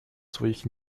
своих